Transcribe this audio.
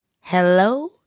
Hello